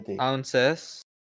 ounces